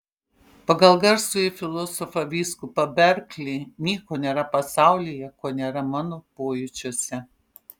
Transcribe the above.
pagal garsųjį filosofą vyskupą berklį nieko nėra pasaulyje ko nėra mano pojūčiuose